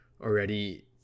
already